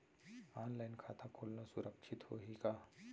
Online खाता खोलना सुरक्षित होही का?